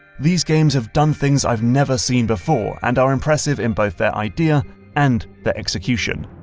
these games have done things i've never seen before, and are impressive in both their idea and their execution.